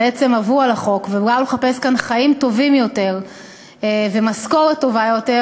בעצם עברו על החוק ובאו לחפש כאן חיים טובים יותר ומשכורת טובה יותר,